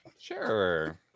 Sure